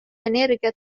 energiat